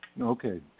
Okay